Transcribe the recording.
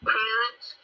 parents